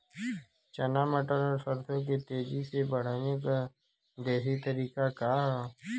चना मटर और सरसों के तेजी से बढ़ने क देशी तरीका का ह?